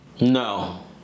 No